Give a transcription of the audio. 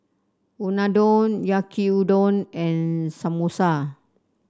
Unadon Yaki Udon and Samosa